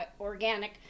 organic